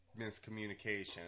miscommunication